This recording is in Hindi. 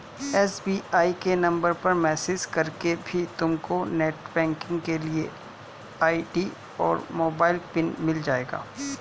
एस.बी.आई के नंबर पर मैसेज करके भी तुमको नेटबैंकिंग के लिए आई.डी और मोबाइल पिन मिल जाएगा